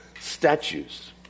statues